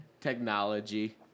technology